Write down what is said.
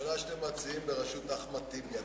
בממשלה שאתם מציעים בראשות אחמד טיבי,